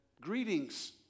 Greetings